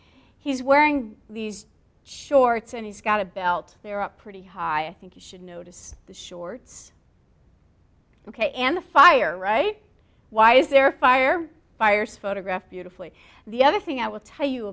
he's wearing these shorts and he's got a belt there up pretty high think you should notice the shorts ok and the fire right why is there fire fires photograph beautifully the other thing i will tell you